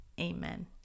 Amen